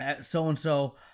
so-and-so